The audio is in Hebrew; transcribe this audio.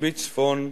בצפון הנגב,